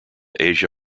asia